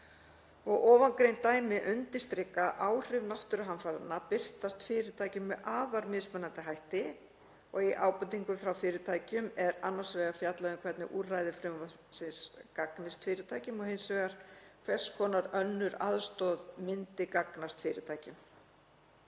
Ofangreind dæmi undirstrika að áhrif náttúruhamfaranna birtast fyrirtækjum með afar mismunandi hætti. Í ábendingum frá fyrirtækjum er annars vegar fjallað um hvernig úrræði frumvarpsins gagnist fyrirtækjum og hins vegar hvers konar önnur aðstoð myndi gagnast fyrirtækjum.